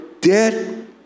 dead